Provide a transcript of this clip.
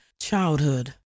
childhood